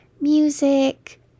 music